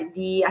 di